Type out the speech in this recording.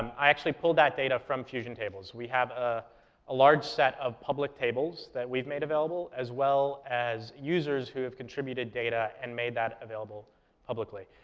i actually pulled that data from fusion tables. we have a large set of public tables that we've made available as well as users who have contributed data and made that available publicly.